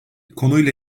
konuyla